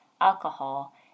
alcohol